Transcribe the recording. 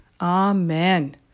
Amen